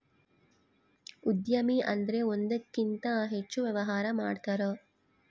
ಉದ್ಯಮಿ ಅಂದ್ರೆ ಒಂದಕ್ಕಿಂತ ಹೆಚ್ಚು ವ್ಯವಹಾರ ಮಾಡ್ತಾರ